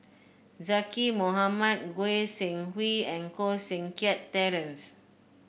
Zaqy Mohamad Goi Seng Hui and Koh Seng Kiat Terence